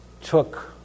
took